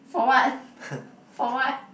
for what for what